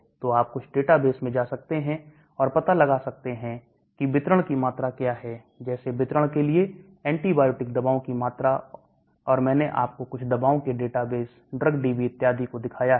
तो आप कुछ डेटाबेस में जा सकते हैं और पता लगा सकते हैं कि वितरण की मात्रा क्या है जैसे वितरण के लिए एंटीबायोटिक दवाओं की मात्रा और मैंने आपको कुछ दवाओं के डेटाबेस drug DB इत्यादि को दिखाया है